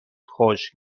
خشک